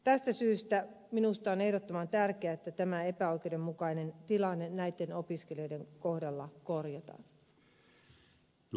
tästä syystä minusta on ehdottoman tärkeää että tämä epäoikeudenmukainen tilanne näitten opiskelijoiden kohdalla korjataan